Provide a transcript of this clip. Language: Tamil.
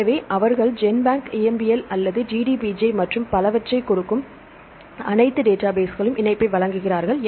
எனவே அவர்கள் ஜென்பேங்க் EMBL அல்லது DDBJ மற்றும் பலவற்றைக் கொடுக்கும் அனைத்து டேட்டாபேஸ்களுக்கும் இணைப்பை வழங்குகிறார்கள்